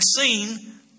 seen